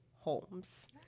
Holmes